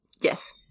Yes